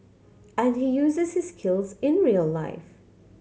and he uses his skills in real life